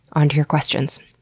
on to your questions.